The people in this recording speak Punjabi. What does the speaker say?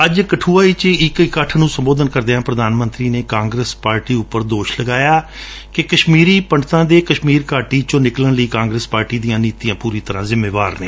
ਅੱਜ ਕਠੁਆ ਵਿਚ ਇਕ ਇਕੱਠ ਨੂੰ ਸੰਬੋਧਨ ਕਰਦਿਆਂ ਪ੍ਰਧਾਨ ਮੰਤਰੀ ਨੇ ਕਾਂਗਰਸ ਪਾਰਟੀ ਉਪਰ ਦੋਸ਼ ਲਗਾਇਆ ਕਿ ਕਸਮੀਰੀ ਪੰਡਤਾਂ ਦੇ ਕਸਮੀਰ ਘਾਟੀ ਵਿਚੋਂ ਨਿਕਲਣ ਲਈ ਕਾਗਰਸ ਪਾਰਟੀ ਦੀਆਂ ਨੀਤੀਆ ਪੁਰੀ ਤਰਾਂ ਸ਼ਿੰਮੇਦਾਰ ਨੇ